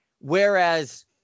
Whereas